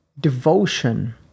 devotion